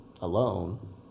alone